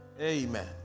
Amen